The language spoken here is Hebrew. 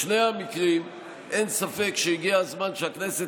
בשני המקרים אין ספק שהגיע הזמן שהכנסת